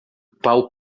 pau